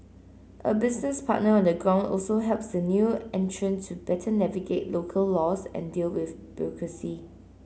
a business partner on the ground also helps the new entrant to better navigate local laws and deal with bureaucracy